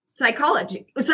psychology